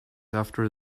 after